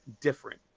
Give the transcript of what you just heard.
different